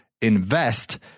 invest